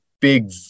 big